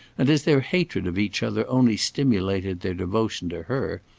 and as their hatred of each other only stimulated their devotion to her,